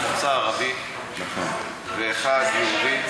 שלושה, שניים ממוצא ערבי ואחד יהודי,